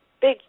big